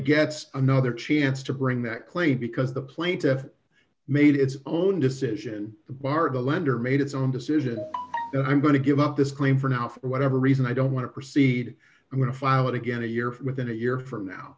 gets another chance to bring that claim because the plaintiff made its own decision barred the lender made its own decision i'm going to give up this claim for now for whatever reason i don't want to proceed i'm going to file it again a year from within a year from now